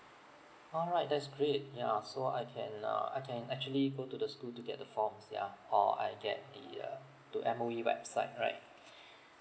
alright that's great yeah so I can uh I can actually go to the school to get the forms yeah or I get the uh to M_O_E website right